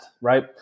right